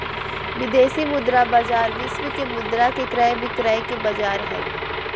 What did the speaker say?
विदेशी मुद्रा बाजार विश्व के मुद्रा के क्रय विक्रय के बाजार हय